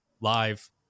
live